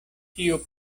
tio